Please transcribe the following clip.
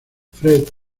fred